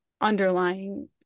underlying